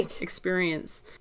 experience